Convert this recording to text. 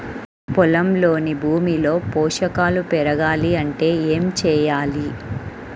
పొలంలోని భూమిలో పోషకాలు పెరగాలి అంటే ఏం చేయాలి?